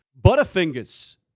Butterfingers